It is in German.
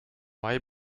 mai